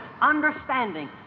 understanding